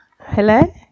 Hello